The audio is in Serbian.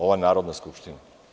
Ova Narodna skupština.